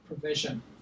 provision